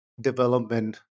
development